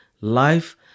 life